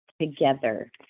together